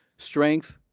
strength,